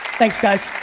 thanks guys,